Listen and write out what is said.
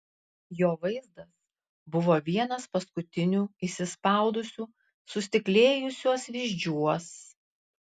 jo vaizdas buvo vienas paskutinių įsispaudusių sustiklėjusiuos vyzdžiuos